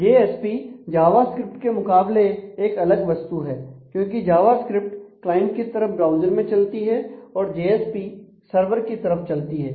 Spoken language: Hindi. जेएसपी जावास्क्रिप्ट के मुकाबले एक अलग वस्तु है क्योंकि जावास्क्रिप्ट क्लाइंट की तरफ ब्राउज़र में चलती है और जेएसपी सर्वर की तरफ चलती है